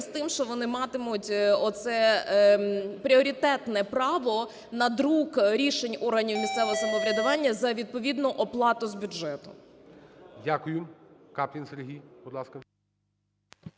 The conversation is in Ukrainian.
з тим, що вони матимуть оце пріоритетне право на друк рішень органів місцевого самоврядування за відповідну оплату з бюджету.